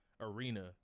arena